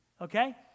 Okay